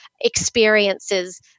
experiences